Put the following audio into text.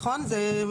נכון.